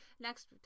Next